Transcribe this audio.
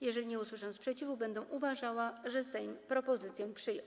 Jeżeli nie usłyszę sprzeciwu, będę uważała, że Sejm propozycję przyjął.